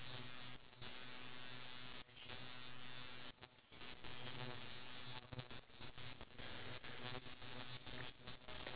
oh where you get the money from they just say no need to work to survive that means in terms of survival we just get food for free